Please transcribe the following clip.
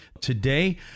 Today